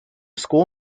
school